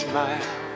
Smile